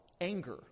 anger